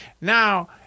Now